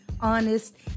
honest